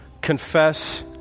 confess